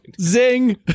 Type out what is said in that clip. Zing